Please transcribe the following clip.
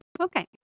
okay